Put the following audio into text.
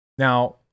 Now